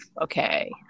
okay